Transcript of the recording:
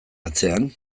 atzean